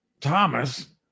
Thomas